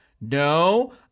no